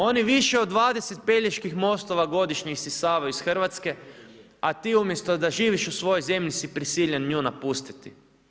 Oni više od 20 Peljeških mostova godišnje isisavaju iz Hrvatske, a ti umjesto da živiš u svojoj zemlji si prisiljen nju napustiti.